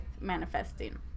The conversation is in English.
manifesting